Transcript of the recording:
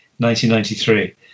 1993